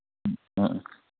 ꯑꯥ ꯑꯥ